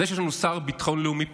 זה שיש לנו שר ביטחון לאומי פחדן,